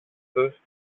τους